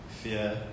fear